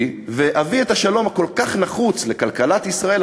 ואביא את השלום הכל-כך נחוץ לכלכלת ישראל,